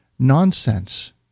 nonsense